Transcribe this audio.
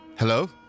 Hello